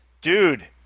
Dude